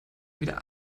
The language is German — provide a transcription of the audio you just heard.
wieder